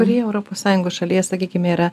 kurioje europos sąjungos šalyje sakykime yra